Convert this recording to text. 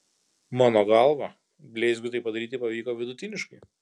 mano galva bleizgiui tai padaryti pavyko vidutiniškai